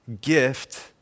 gift